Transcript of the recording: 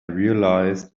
realized